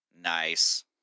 Nice